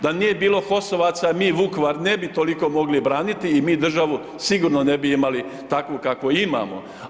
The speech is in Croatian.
Da nije bilo HOS-ovaca mi Vukovar ne bi toliko mogli braniti i mi državu sigurno ne bi imali takvu kakvu imamo.